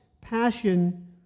passion